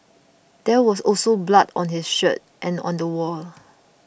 there was also blood on his shirt and on the wall